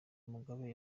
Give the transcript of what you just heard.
mugabe